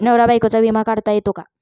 नवरा बायकोचा विमा काढता येतो का?